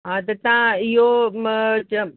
हा त तव्हां इहो